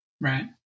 Right